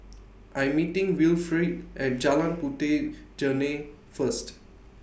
I'm meeting Wilfrid At Jalan Puteh Jerneh First